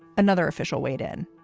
another official weighed in,